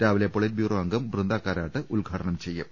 രാവിലെ പൊളിറ്റ്ബ്യൂറോ അംഗം ബൃന്ദാ കാരാട്ട് ഉദ്ഘാടനം ചെയ്യും